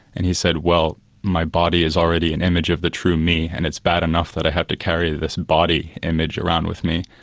and he said, well my body is already an image of the true me, and it's bad enough that i have to carry this body image around with me.